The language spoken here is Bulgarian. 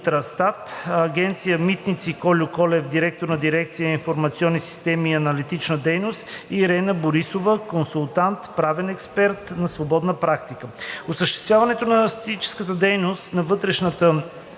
Агенция „Митници“ – Кольо Колев – директор на дирекция „Информационни системи и аналитична дейност“, и Ирена Борисова – консултант, правен експерт на свободна практика. Осъществяването на статистическата дейност за вътресъюзната